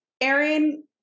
Aaron